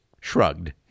shrugged